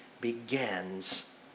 begins